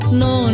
no